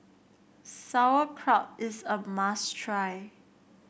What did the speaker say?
sauerkraut is a must try